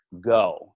go